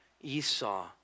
Esau